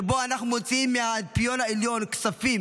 שאנחנו מוציאים מהאלפיון העליון כספים